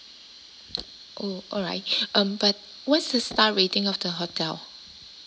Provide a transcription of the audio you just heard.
oh alright um but what is the star rating of the hotel